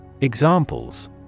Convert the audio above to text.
Examples